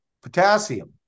Potassium